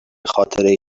خاطره